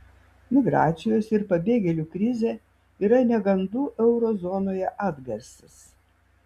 migracijos ir pabėgėlių krizė yra negandų euro zonoje atgarsis